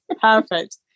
perfect